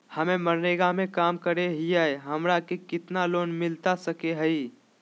हमे मनरेगा में काम करे हियई, हमरा के कितना लोन मिलता सके हई?